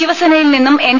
ശിവസേനയിൽ നിന്നും എൻ